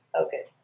Okay